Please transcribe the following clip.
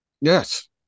Yes